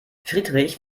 friedrich